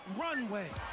Runway